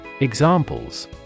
Examples